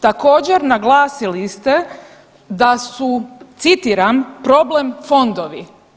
Također naglasili ste da su citiram, problem fondovi.